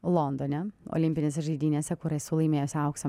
londone olimpinėse žaidynėse kur esu laimėjusi aukso